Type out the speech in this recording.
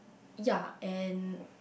ya and